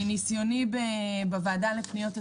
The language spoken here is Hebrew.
מניסיוני בוועדה לפניות הציבור,